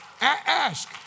Ask